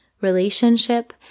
relationship